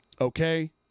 Okay